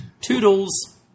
Toodles